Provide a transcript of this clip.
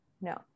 No